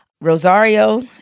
Rosario